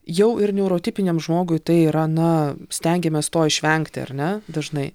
jau ir neurotipiniam žmogui tai yra na stengiamės to išvengti ar ne dažnai